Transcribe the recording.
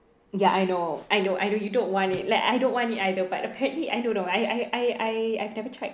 ya I know I know I know you don't want it like I don't want it either but apparently I don't know I I I I I've never tried